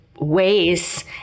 ways